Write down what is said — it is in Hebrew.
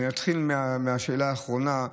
אני אתחיל מהשאלה האחרונה.